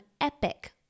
epic